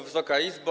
Wysoka Izbo!